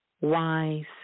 wise